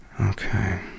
Okay